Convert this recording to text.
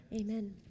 Amen